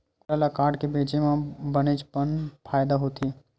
कुकरा ल काटके बेचे म बनेच पन फायदा होथे